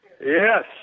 Yes